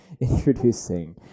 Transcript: Introducing